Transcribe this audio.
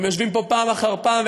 הם יושבים פה פעם אחר פעם,